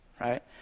right